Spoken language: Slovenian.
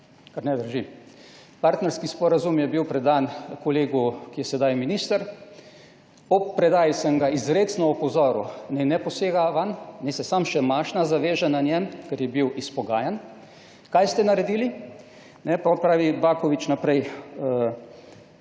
kar ne drži. Partnerski sporazum je bil predan kolegu, ki je sedaj minister. Ob predaji sem ga izrecno opozoril, naj ne posega vanj, naj se samo še mašna veže na njem, ker je bil izpogajan. Kaj ste naredili? Ne, potem pravi Baković, naprej;